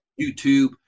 YouTube